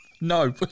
No